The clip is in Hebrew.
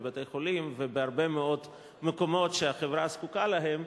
בבתי-חולים ובהרבה מאוד מקומות שהחברה זקוקה להם,